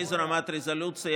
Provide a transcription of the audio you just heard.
באיזו רמת רזולוציה,